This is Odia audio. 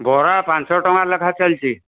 ବରା ପାଞ୍ଚ ଟଙ୍କା ଲେଖା ଚାଲିଛି